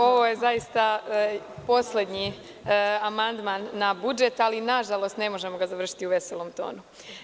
Ovo je zaista poslednji amandman na budžet, ali, na žalost, ne možemo ga završiti u veselom tonu.